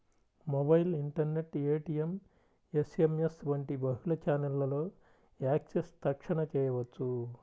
mobile, internet, ATM, SMS వంటి బహుళ ఛానెల్లలో యాక్సెస్ తక్షణ చేయవచ్చు